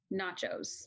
nachos